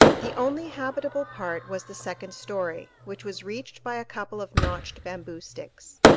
the only habitable part was the second story, which was reached by a couple of notched bamboo sticks.